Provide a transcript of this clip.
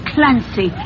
Clancy